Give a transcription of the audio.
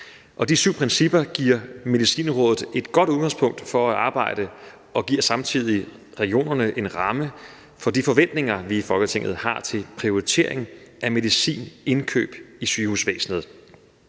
de syv principper giver Medicinrådet et godt udgangspunkt for at arbejde og giver samtidig regionerne en ramme for de forventninger, vi i Folketinget har til prioritering af medicinindkøb i sygehusvæsenet.